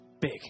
Big